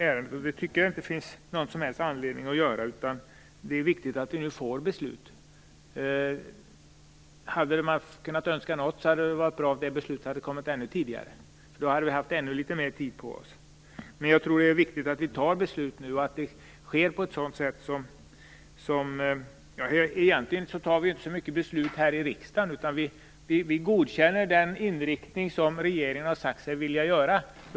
Det tycker jag inte att det finns någon som helst anledning att göra, utan det är viktigt att vi nu får ett beslut. Hade man kunnat önska något, hade det väl varit att beslutet kommit ännu tidigare. Då hade vi haft ännu mer tid på oss. Jag tror att det är viktigt att vi fattar beslut nu. Egentligen är det inte så mycket fråga om att vi fattar beslut här i riksdagen. Det är snarare så att vi godkänner den inriktning som regeringen säger sig vilja ha.